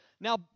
Now